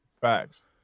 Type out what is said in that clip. Facts